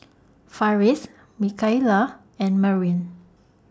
Farris Mikaela and Merwin